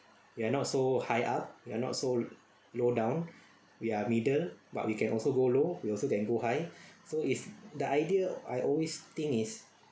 we're are not so high up we're are not so low down we're middle but we can also go low we also can go high so is the idea I always think is